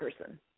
person